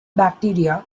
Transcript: bacteria